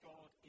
God